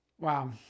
Wow